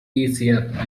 easier